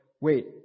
Wait